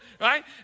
Right